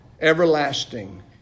Everlasting